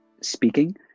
speaking